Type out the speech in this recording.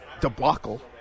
debacle